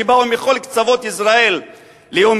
שבאו מכל קצות ישראל לאום-אל-פחם,